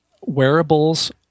Wearables